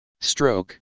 Stroke